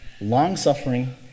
long-suffering